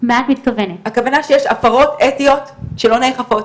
הכוונה שיש הפרות אתיות שלא נאכפות.